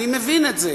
אני מבין את זה,